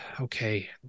Okay